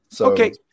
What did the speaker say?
Okay